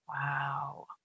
Wow